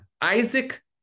Isaac